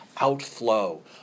outflow